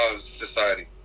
Society